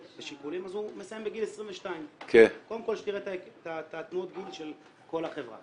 אז הוא מסיים בגיל 22. קודם כל שתראה את תנועת הגיל של כל החברה.